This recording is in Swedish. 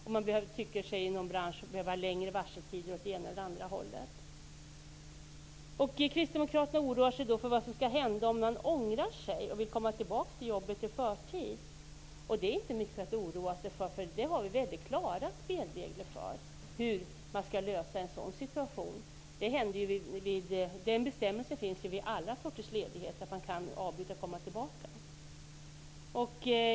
Man kanske tycker sig behöva längre varseltid åt det ena eller andra hållet inom branschen. Kristdemokraterna oroar sig för vad som skall hända om arbetstagaren ångrar sig och vill komma tillbaka till jobbet i förtid. Det är inte mycket att oroa sig för. Vi har väldigt klara spelregler för hur man skall lösa en sådan situation. Den bestämmelsen finns vid alla sorters ledigheter. Man kan avbryta ledigheten och komma tillbaka.